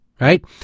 right